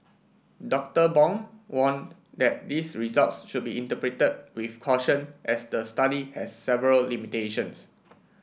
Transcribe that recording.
Doctor Bong warned that these results should be interpreted with caution as the study has several limitations